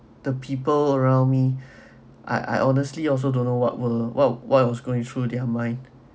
the people around me I I honestly also don't know what will what what was going through their mind